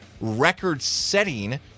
record-setting